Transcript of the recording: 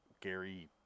gary